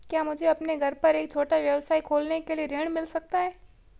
क्या मुझे अपने घर पर एक छोटा व्यवसाय खोलने के लिए ऋण मिल सकता है?